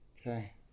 Okay